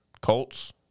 Colts